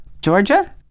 Georgia